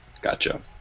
Gotcha